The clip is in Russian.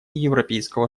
европейского